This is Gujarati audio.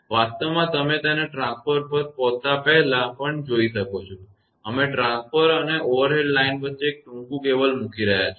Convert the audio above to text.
વાસ્તવમાં તમે તેને ટ્રાન્સફોર્મર પર પહોંચતા પહેલા પણ જોઈ શકો છો અમે ટ્રાન્સફોર્મર અને ઓવરહેડ લાઇન વચ્ચે એક ટૂંકુ કેબલ મૂકી રહ્યા છીએ